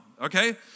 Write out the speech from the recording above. okay